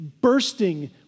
bursting